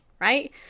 right